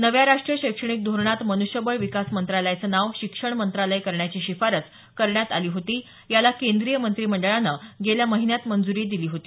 नव्या राष्ट्रीय शैक्षणिक धोरणात मन्ष्यबळ विकास मंत्रालयाचं नाव शिक्षण मंत्रालय करण्याची शिफारस करण्यात आली होती याला केंद्रीय मंत्रिमंडळानं गेल्या महिन्यात मंजुरी दिली होती